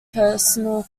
personal